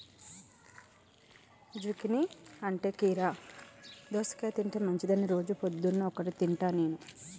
zucchini అంటే కీరా దోసకాయ తింటే మంచిదని రోజు పొద్దున్న ఒక్కటి తింటా నేను